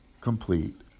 complete